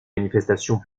manifestations